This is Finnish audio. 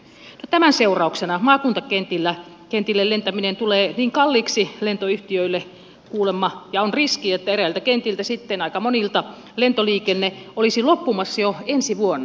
no tämän seurauksena maakuntakentille lentäminen tulee kuulemma kalliiksi lentoyhtiöille ja on riski että eräiltä kentiltä aika monilta lentoliikenne olisi loppumassa jo ensi vuonna